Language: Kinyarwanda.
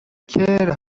kera